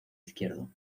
izquierdo